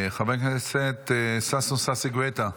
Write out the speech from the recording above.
חבר הכנסת ששון ששי גואטה,